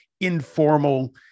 informal